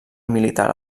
militar